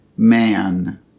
Man